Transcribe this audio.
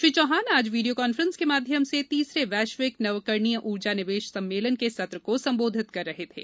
श्री चौहान आज video conference के माध्यम से तीसरे वैश्विक नवकरणीय ऊर्जा निवेश सम्मेलन के सत्र को संबोधित कर रहे थे